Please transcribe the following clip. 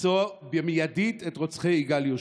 למצוא מיידית את רוצחי יגאל יהושע.